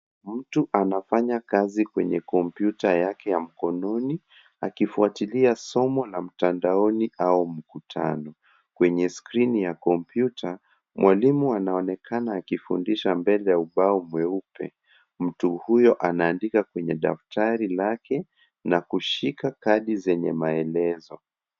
Mtu anafanya kazi kwenye kompyuta yake ya mkononi akifuatilia somo la mtandaoni au mkutano. Kwenye skrini ya kompyuta, mwalimu anaonekana akifundisha mbele ya ubao mweupe. Mtu huyo anaandika kwenye daftari lake na kushika kadi zenye maelezo.